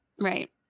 Right